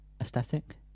aesthetic